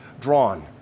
drawn